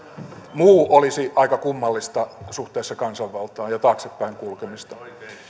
muu olisi aika kummallista suhteessa kansanvaltaan ja taaksepäin kulkemista